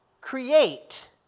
create